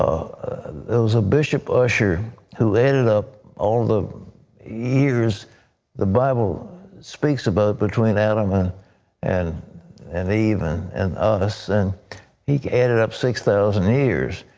there was a bishop usher who added up all the years the bible speaks about between adam ah and and eve and and us. and he added up six thousand years.